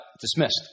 dismissed